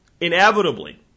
inevitably